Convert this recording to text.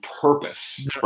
purpose